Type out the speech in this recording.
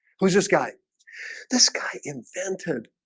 who is this guy this guy invented?